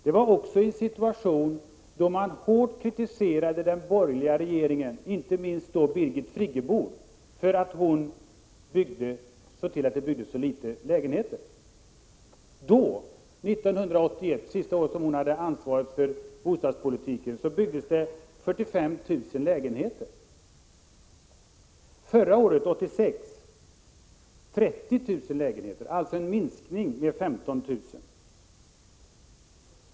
Då kritiserade man hårt den borgerliga regeringen, inte minst Birgit Friggebo, för att det byggdes så få lägenheter. År 1981, det sista år som Birgit Friggebo hade ansvar för bostadspolitiken, byggdes det 45 000 lägenheter. 1986 byggdes det 30 000 lägenheter, alltså en minskning med 15 000.